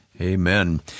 Amen